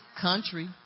country